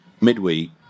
midweek